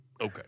Okay